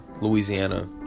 Louisiana